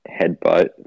headbutt